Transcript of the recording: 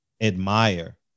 admire